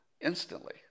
instantly